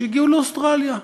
שהגיעו לאוסטרליה,